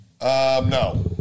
No